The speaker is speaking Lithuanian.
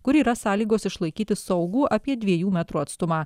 kur yra sąlygos išlaikyti saugų apie dviejų metrų atstumą